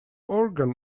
organ